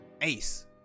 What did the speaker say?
Ace